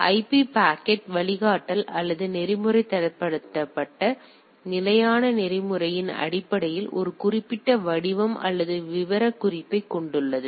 IP packet வழிகாட்டல் அல்லது நெறிமுறை தரப்படுத்தப்பட்ட நிலையான நெறிமுறையின் அடிப்படையில் ஒரு குறிப்பிட்ட வடிவம் அல்லது விவரக்குறிப்பைக் கொண்டுள்ளது